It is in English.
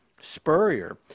Spurrier